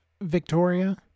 Victoria